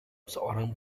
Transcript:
seorang